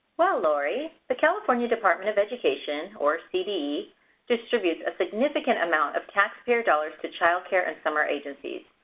well laurie, the california department of education or cde distributes a significant amount of tax payer dollars to child care and summer agencies.